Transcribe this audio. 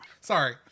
Sorry